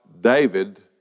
David